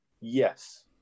Yes